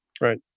right